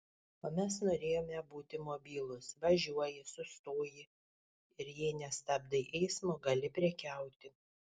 o mes norėjome būti mobilūs važiuoji sustoji ir jei nestabdai eismo gali prekiauti